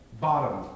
bottom